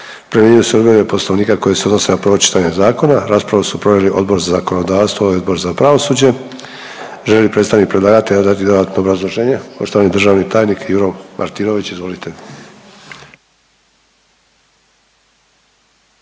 primjenjuju se odredbe Poslovnika koje se odnose na prvo čitanje zakona. Raspravu su proveli Odbor za zakonodavstvo i Odbor za pravosuđe. Želi li predstavnik predlagatelja dati dodatno obrazloženje? Poštovani državni tajnik Juro Martinović, izvolite.